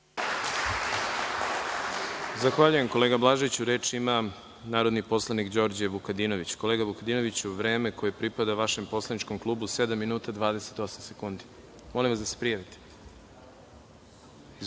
Zahvaljujem kolega Blažiću. Reč ima narodni poslanik Đorđe Vukadinović. Kolega Vukadinoviću, vreme koje pripada vašem poslaničku klubu je sedam minuta i 28 sekundi. Molim vas da se prijavite.